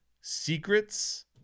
secrets